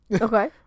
Okay